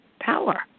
power